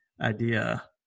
idea